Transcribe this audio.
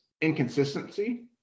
inconsistency